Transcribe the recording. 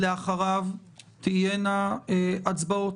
אחריו יהיו הצבעות.